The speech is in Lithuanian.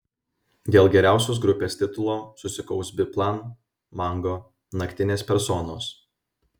dėl geriausios grupės titulo susikaus biplan mango naktinės personos